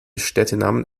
städtenamen